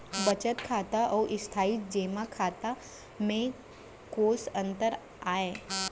बचत खाता अऊ स्थानीय जेमा खाता में कोस अंतर आय?